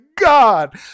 God